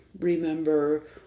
Remember